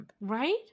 Right